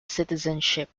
citizenship